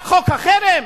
רק חוק החרם,